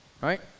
Right